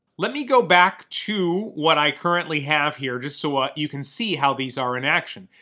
let me go back to what i currently have here just so ah you can see how these are in action.